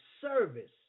service